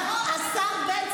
דבי,